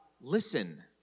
listen